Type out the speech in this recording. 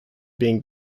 being